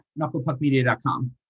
knucklepuckmedia.com